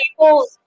people